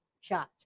shots